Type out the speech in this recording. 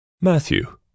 Matthew